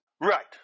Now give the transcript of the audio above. Right